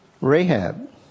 Rahab